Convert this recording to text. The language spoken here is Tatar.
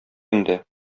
инде